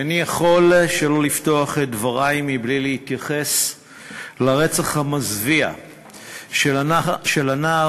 איני יכול לפתוח את דברי בלי להתייחס לרצח המזוויע של הנער